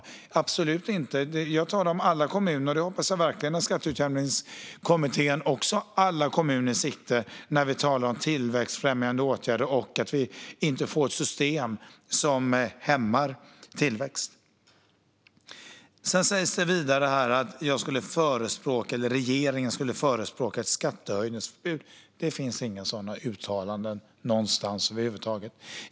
Så är det absolut inte; jag talar om alla kommuner, och jag hoppas verkligen att skatteutjämningskommittén har alla kommuner i sikte när det gäller tillväxtfrämjande åtgärder och att vi inte får ett system som hämmar tillväxt. Det sägs vidare att regeringen skulle förespråka ett skattehöjningsförbud, men det finns över huvud taget inga sådana uttalanden.